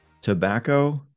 tobacco